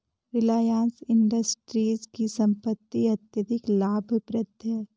रिलायंस इंडस्ट्रीज की संपत्ति अत्यधिक लाभप्रद है